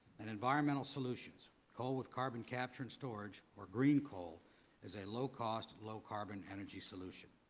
and environmental solutions, coal with carbon capture and storage or green coal is a low cost, low carbon energy solution.